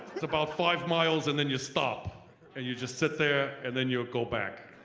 it's about five miles and then you stop and you just sit there and then you go back.